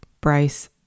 Bryce